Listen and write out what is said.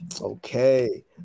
Okay